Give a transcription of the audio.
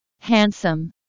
Handsome